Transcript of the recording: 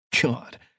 God